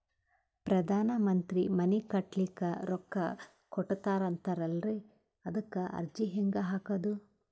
ಪ್ರಧಾನ ಮಂತ್ರಿ ಮನಿ ಕಟ್ಲಿಕ ರೊಕ್ಕ ಕೊಟತಾರಂತಲ್ರಿ, ಅದಕ ಅರ್ಜಿ ಹೆಂಗ ಹಾಕದು?